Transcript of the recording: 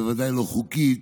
ודאי לא חוקית,